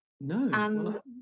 No